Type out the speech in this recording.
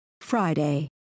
Friday